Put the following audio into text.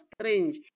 strange